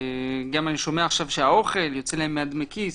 אני גם שומע עכשיו שהאוכל יוצא להן מדמי הכיס,